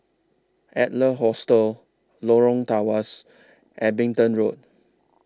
Adler Hostel Lorong Tawas Abingdon Road